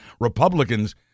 Republicans